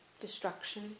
destruction